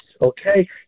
okay